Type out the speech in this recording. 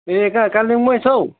ए कहाँ कालेम्पोङमा छौ